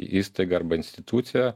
įstaigą arba instituciją